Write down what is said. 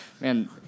man